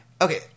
Okay